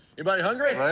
anybody hungry? larry?